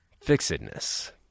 fixedness